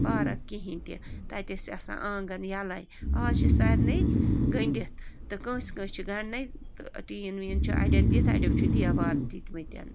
park کِہیٖنۍ تہِ تَتہِ ٲسۍ آسان آنٛگن یلَے آز چھِ سارنٕے گٔنٛڈتھ تہٕ کٲنٛسہِ کانٛسہِ چھِ گنٛڈنَے تہٕ ٹیٖن ویٖن چھُ اَڑٮ۪ن دِتھ اَڑیو چھُ دٮ۪وار دِتمٕتۍ